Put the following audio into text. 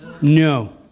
No